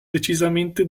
decisamente